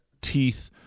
teeth